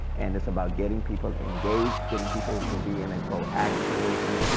and it's about getting people engaged, getting people to be in a proactive position,